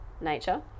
nature